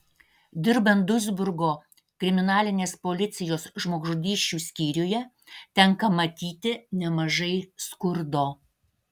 dirbant duisburgo kriminalinės policijos žmogžudysčių skyriuje tenka matyti nemažai skurdo